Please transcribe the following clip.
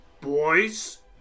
boys